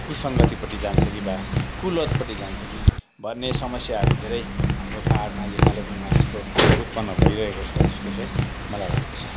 कुसङ्गतिपट्टि जान्छ कि बा कुलतपट्टि जान्छ कि भन्ने समस्याहरू धेरै हाम्रो पहाडमा यो कालेबुङमा यस्तो उत्पन्न भइरहेको छ जस्तो चाहिँ मलाई लाग्दछ